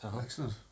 Excellent